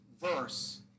verse